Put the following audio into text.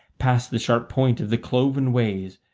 past the sharp point of the cloven ways,